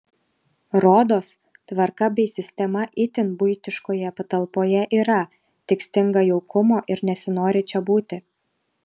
rodos tvarka bei sistema itin buitiškoje patalpoje yra tik stinga jaukumo ir nesinori čia būti